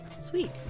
Sweet